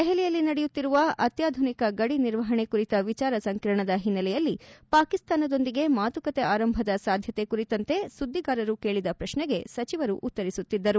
ದೆಹಲಿಯಲ್ಲಿ ನಡೆಯುತ್ತಿರುವ ಅತ್ಯಾಧುನಿಕ ಗಡಿ ನಿರ್ವಹಣೆ ಕುರಿತ ವಿಚಾರ ಸಂಕಿರಣದ ಹಿನ್ನೆಲೆಯಲ್ಲಿ ಪಾಕಿಸ್ತಾನದೊಂದಿಗೆ ಮಾತುಕತೆ ಆರಂಭದ ಸಾಧ್ಯತೆ ಕುರಿತಂತೆ ಸುದ್ದಿಗಾರರು ಕೇಳಿದ ಪ್ರಕ್ಷೆಗೆ ಸಚಿವರು ಉತ್ತರಿಸುತ್ತಿದ್ದರು